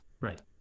Right